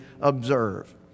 observe